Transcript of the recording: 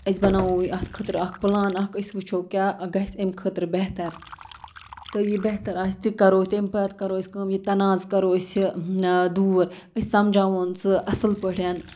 أسۍ بَناوو اَتھ خٲطرٕ اَکھ پٕلان اَکھ أسۍ وٕچھو کیاہ گژھِ اَمہِ خٲطرٕ بہتر تہٕ یہِ بہتر آسہِ تہِ کَرو تمہِ پَتہٕ کَرو أسۍ کٲم یہِ تَنازٕ کَرو أسۍ یہِ دوٗر أسۍ سَمجاوُن سُہ اَصٕل پٲٹھۍ